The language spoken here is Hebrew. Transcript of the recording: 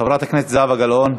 חברת הכנסת זהבה גלאון,